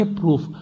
proof